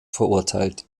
verurteilt